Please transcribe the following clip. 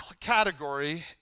category